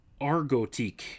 argotique